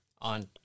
on